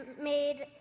made